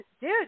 dude